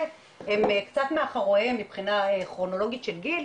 הן קצת מאחוריהם מבחינה כרונולוגית של גיל,